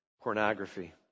pornography